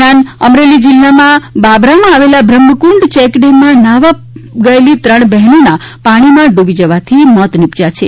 દરમ્યાન અમરેલી જિલ્લામાં બાબરામાં આવેલા બ્રહ્મકુંડ ચેકડેમમાં ન્હાવા ગયેલી ત્રણ બહેનોનાં પાણીમાં ડૂબી જવાથી મોત નીપજ્યા છે